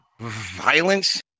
violence